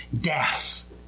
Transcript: death